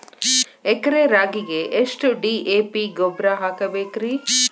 ಎಕರೆ ರಾಗಿಗೆ ಎಷ್ಟು ಡಿ.ಎ.ಪಿ ಗೊಬ್ರಾ ಹಾಕಬೇಕ್ರಿ?